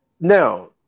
Now